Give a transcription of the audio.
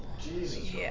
jesus